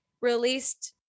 released